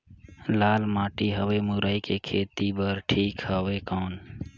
लाल माटी हवे मुरई के खेती बार ठीक हवे कौन?